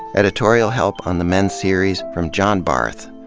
editorial help on the men series from john barth.